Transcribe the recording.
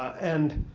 and